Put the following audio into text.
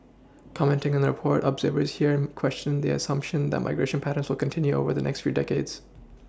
commenting on the report observers here questioned the assumption that migration patterns will continue over the next few decades